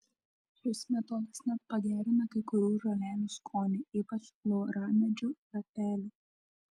šis metodas net pagerina kai kurių žolelių skonį ypač lauramedžių lapelių